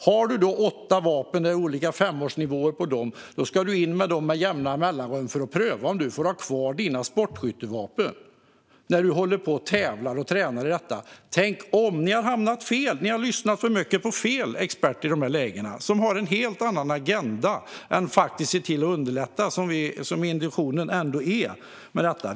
Om du tränar och tävlar i sportskytte och har åtta vapen med olika femårsnivåer ska du med jämna mellanrum pröva om du får ha kvar dina sportskyttevapen. Tänk om! Ni har hamnat fel. Ni har lyssnat för mycket på fel experter. De har en helt annan agenda än att se till att underlätta, som intentionen ändå är med detta.